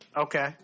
Okay